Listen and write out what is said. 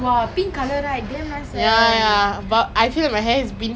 ya but you can learn beforehand lah but ya okay lah slack lah